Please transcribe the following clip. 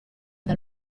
dal